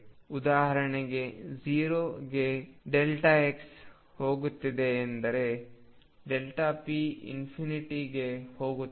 ಉದಾಹರಣೆಗೆ 0 ಗೆ x ಹೋಗುತ್ತಿದೆ ಎಂದರೆ p ಇನ್ಫಿನಿಟಿಗೆ ಹೋಗುತ್ತದೆ